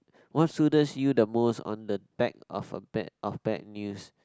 what soothes you the most on the back of a bad of bad news